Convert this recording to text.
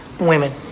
Women